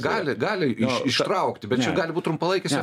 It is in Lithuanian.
gali gali iš ištraukti bet čia gali būt trumpalaikis